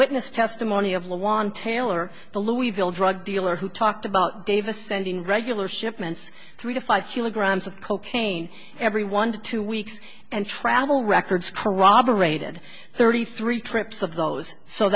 witness testimony of lawan taylor the louisville drug dealer who talked about davis sending regular shipments three to five kilograms of cocaine every one to two weeks and travel records corroborated thirty three trips of those so